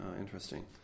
Interesting